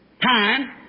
time